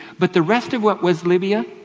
but the rest of what was libya,